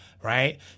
Right